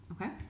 Okay